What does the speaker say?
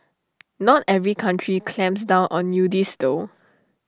not every country clamps down on nudists though